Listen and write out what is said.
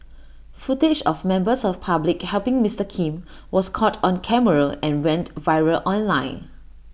footage of members of public helping Mister Kim was caught on camera and went viral online